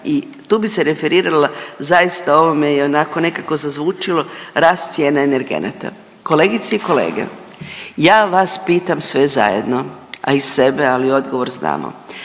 i tu bi se referirala zaista, ovo me je ionako nekako zazvučilo, rast cijene energenata. Kolegice i kolege, ja vas pitam sve zajedno, a i sebe, ali odgovor znamo,